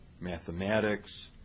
mathematics